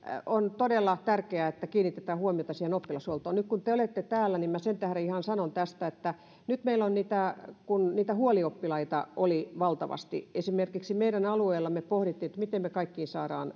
on todella tärkeää että kiinnitetään huomiota siihen oppilashuoltoon nyt kun te olette täällä niin minä ihan sen tähden sanon tästä että meillä oli niitä huolioppilaita valtavasti esimerkiksi meidän alueellamme me pohdimme miten me saamme